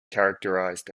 characterised